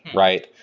right?